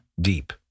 deep